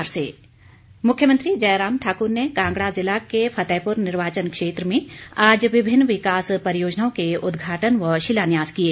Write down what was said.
मुख्यमंत्री मुख्यमंत्री जयराम ठाकुर ने कांगड़ा ज़िला के फतेहपुर निर्वाचन क्षेत्र में आज विभिन्न विकास परियोजनाओं के उद्घाटन व शिलान्यास किए